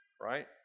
right